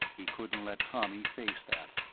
he couldn't let tommy face that.